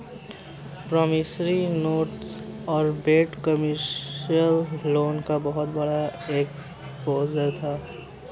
promissory notes और bad commercial loan का बहुत बड़ा एक्सपोजर था